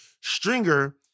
Stringer